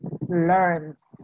learns